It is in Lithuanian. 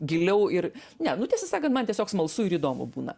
giliau ir ne nu tiesą sakant man tiesiog smalsu ir įdomu būna